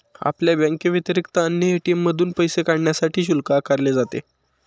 आपल्या बँकेव्यतिरिक्त अन्य ए.टी.एम मधून पैसे काढण्यासाठी शुल्क आकारले जाते